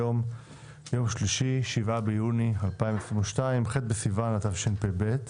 היום יום שלישי 7 ביוני 2022, ח' בסיון התשפ"ב.